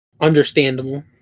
Understandable